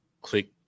Click